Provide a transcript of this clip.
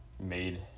made